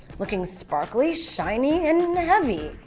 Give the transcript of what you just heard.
looking sparkly, shiny, and and heavy.